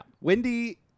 Wendy